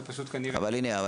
זה פשוט כנראה --- אבל הנה,